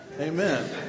Amen